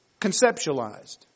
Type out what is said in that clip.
conceptualized